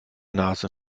nase